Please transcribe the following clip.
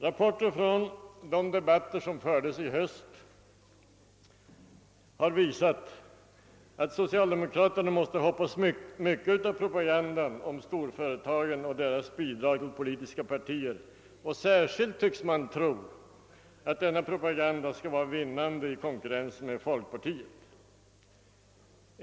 Rapporter från de debatter som förts i höst visar att social demokraterna tydligen hoppas mycket av propagandan om storföretagens bidrag till de politiska partierna. Särskilt tycks man tro att den propagandan skall vara vinnande i konkurrensen med folkpartiet.